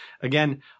Again